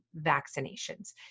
vaccinations